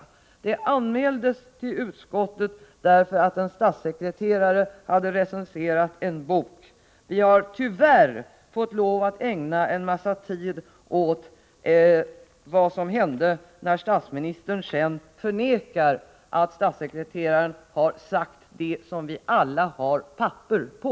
Den nu aktuella frågan anmäldes till utskottet därför att en statssekreterare hade recenserat en bok. Vi har tyvärr fått lov att ägna en hel del tid åt vad som hände när statsministern sedan förnekade att statssekreteraren sagt det som vi alla har papper på.